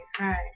right